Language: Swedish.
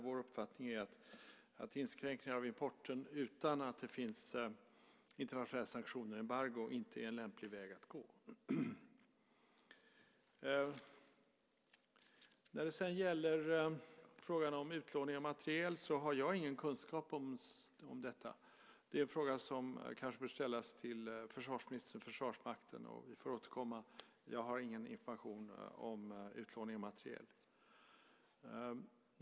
Vår uppfattning är att inskränkningar av importen utan att det finns internationella sanktioner och embargon inte är en lämplig väg att gå. När det gäller frågan om utlåning av materiel har jag ingen kunskap. Det är en fråga som kanske bör ställas till försvarsministern och Försvarsmakten. Vi får återkomma. Jag har ingen information om utlåning av materiel.